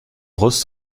roses